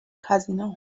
casino